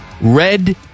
red